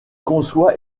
conçoit